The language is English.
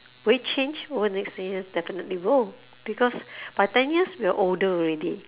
will it change over the next ten years definitely will because by ten years we're older already